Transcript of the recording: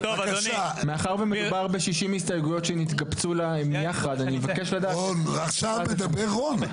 מאחר שמדובר ב-60 הסתייגויות שהתקבצו להן יחד --- עכשיו מדבר רון.